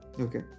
Okay